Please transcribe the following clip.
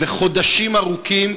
וחודשים ארוכים,